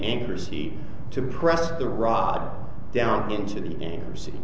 anchor seat to press the rod down into the